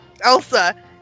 Elsa